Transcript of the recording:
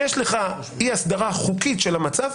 כשיש לך אי-הסדרה חוקית של המצב,